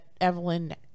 Evelyn